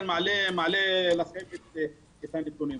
מעלה לכם את הנתונים.